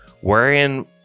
wherein